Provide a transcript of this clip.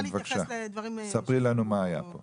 בבקשה, ספרי לנו מה היה פה.